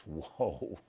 whoa